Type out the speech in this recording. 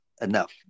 enough